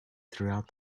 throughout